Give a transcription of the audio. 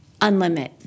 unlimit